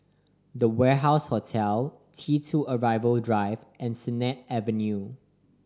The Warehouse Hotel T Two Arrival Drive and Sennett Avenue